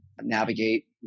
navigate